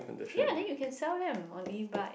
ya then you can sell them on E but